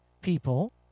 people